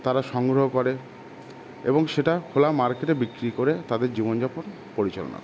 তারা সংগ্রহ করে এবং সেটা খোলা মার্কেটে বিক্রি করে তাদের জীবনযাপন পরিচালনা